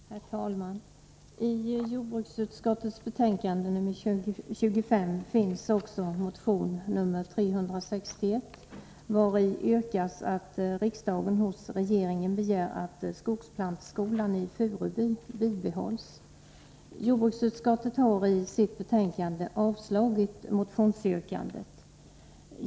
Herr talman! I jordbruksutskottets betänkande nr 25 behandlas också motion nr 361, vari yrkas att riksdagen hos regeringen begär att skogsplantskolan i Furuby bibehålls. Jordbruksutskottet har i sitt betänkande avstyrkt motionsyrkandet.